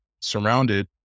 surrounded